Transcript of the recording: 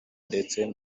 ndetse